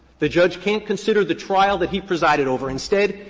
the judge can't consider the trial that he presided over. instead,